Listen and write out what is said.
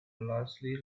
largely